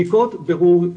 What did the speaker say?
בדיקות בירור,